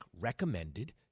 recommended